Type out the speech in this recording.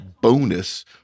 bonus